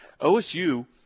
OSU